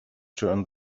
turn